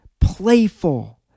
playful